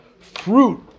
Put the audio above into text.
fruit